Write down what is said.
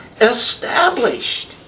established